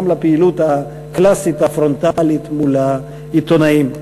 גם לפעילות הקלאסית הפרונטלית מול העיתונאים.